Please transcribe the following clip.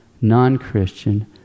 non-Christian